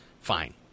fine